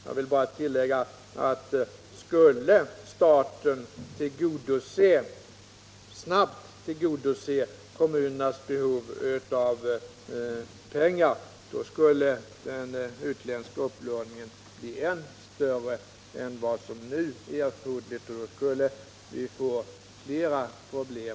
Jag vill bara tillägga att den utländska upplåningen, om staten snabbt skulle tillgodose kommunernas behov av pengar, skulle bli än större än vad som nu är erforderligt, och det skulle medföra ytterligare problem.